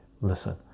listen